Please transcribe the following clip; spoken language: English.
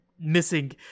missing